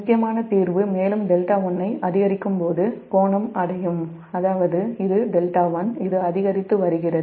முக்கியமான தீர்வு மேலும் δ1 ஐ அதிகரிக்கும் போது கோணம் அடையும் அதாவது இது δ1 அதிகரித்து வருகிறது